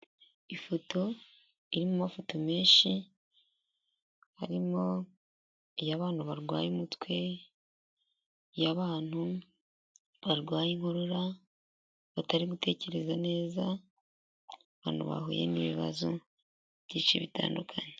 Ifoto irimo amafoto menshi, harimo iy'abantu barwaye umutwe, iy'abantu barwaye inkorora, batari gutekereza neza, abantu bahuye n'ibibazo byinshi bitandukanye.